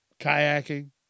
Kayaking